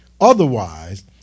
Otherwise